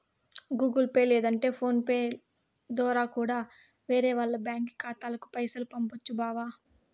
Google Pay లేదంటే PhonePe దోరా కూడా వేరే వాల్ల బ్యాంకి ఖాతాలకి పైసలు పంపొచ్చు బావా